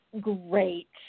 great